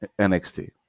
NXT